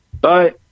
Bye